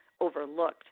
overlooked